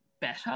better